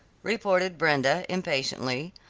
retorted brenda, impatiently,